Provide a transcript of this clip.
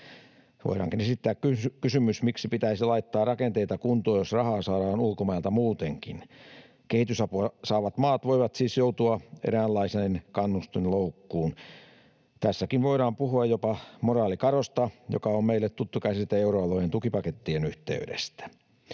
Voidaankin esittää kysymys: miksi pitäisi laittaa rakenteita kuntoon, jos rahaa saadaan ulkomailta muutenkin? Kehitysapua saavat maat voivat siis joutua eräänlaiseen kannustinloukkuun. Tässäkin voidaan puhua jopa moraalikadosta, joka on meille tuttu käsite euroalueen tukipakettien yhteydestä.